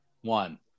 one